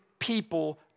People